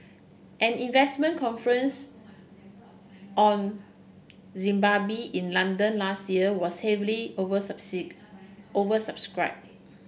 an investment conference on Zimbabwe in London last week was heavily oversubscribed